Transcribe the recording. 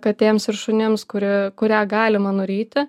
katėms ir šunims kuri kurią galima nuryti